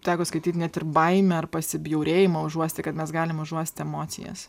teko skaityt net ir baimę ar pasibjaurėjimą užuosti kad mes galim užuosti emocijas